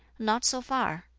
not so far.